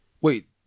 wait